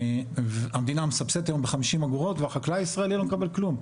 המדינה מסבסדת היום 50 אגורות והחקלאי הישראלי לא מקבל כלום.